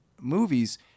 movies